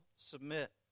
Submit